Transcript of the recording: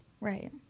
Right